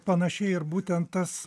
panašiai ir būtent tas